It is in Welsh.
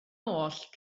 oll